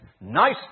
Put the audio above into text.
nice